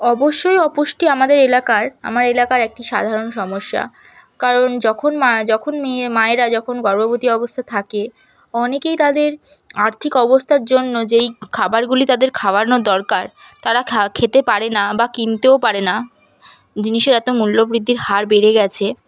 অবশ্যই অপুষ্টি আমাদের এলাকার আমার এলাকার একটি সাধারণ সমস্যা কারণ যখন মা যখন মেয়ে মায়েরা যখন গর্ভবতী অবস্থায় থাকে অনেকেই তাদের আর্থিক অবস্থার জন্য যেই খাবারগুলি তাদের খাওয়ানো দরকার তারা খেতে পারে না বা কিনতেও পারে না জিনিসের এত মূল্য বৃদ্ধির হার বেড়ে গেছে